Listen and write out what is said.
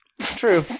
True